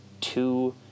two